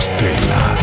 Stella